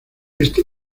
este